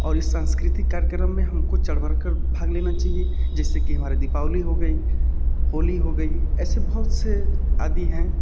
और इस सांस्कृतिक कार्यक्रम में हमको चढ़ बढ़कर भाग लेना चाहिए जैसे कि हमारी दीपावली हो गई होली हो गई ऐसे बहुत से आदि हैं